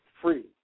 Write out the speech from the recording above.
free